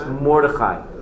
Mordechai